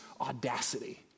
audacity